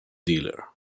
dealer